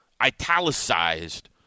italicized